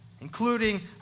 including